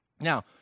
Now